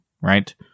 Right